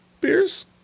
beers